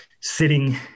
sitting